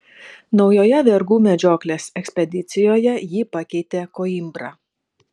naujoje vergų medžioklės ekspedicijoje jį pakeitė koimbra